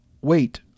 wait